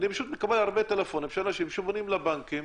אני מקבל טלפונים מאנשים שפונים לבנקים,